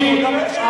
המחבל, המחבל.